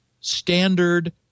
standard